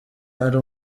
ari